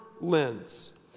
lens